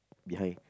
behind